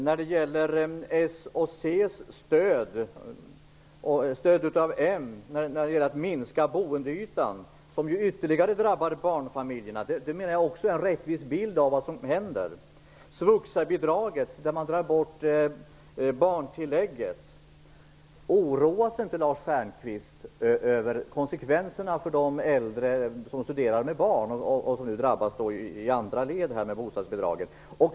Socialdemokraternas och centerpartiets stöd av moderaterna när det gäller att minska boendeytan, som ju ytterligare drabbar barnfamiljerna, är också en rättvis bild av vad som händer liksom svuxabidraget, där man tar bort barntillägget. Oroas inte Lars Stjernkvist av konsekvenserna för de äldre som studerar och har barn, vilka nu drabbas i andra led av det minskade bostadsbidraget?